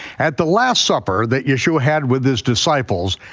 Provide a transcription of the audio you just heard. at the last supper that yeshua had with his disciples,